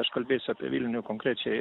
aš kalbėsiu apie vilnių konkrečiai